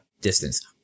distance